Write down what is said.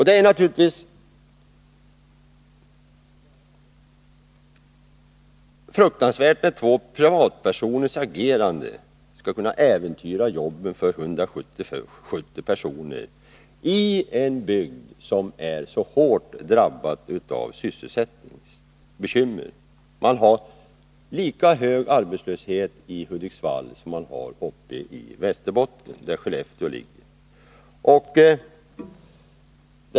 Det är naturligtvis fruktansvärt att två privatpersoners agerande skall kunna åventyra jobben för 170 personer i en bygd som är så hårt drabbad av sysselsättningsbekymmer. Det är lika hög arbetslöshet i Hudiksvall som uppe i Västerbotten, där Skellefteå ligger.